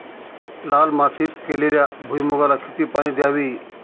लाल मातीत केलेल्या भुईमूगाला किती पाणी द्यावे?